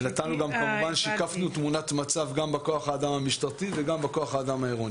כמובן שיקפנו תמונת מצב גם בכוח האדם המשטרתי וגם בכוח האדם העירוני.